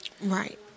Right